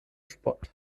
spott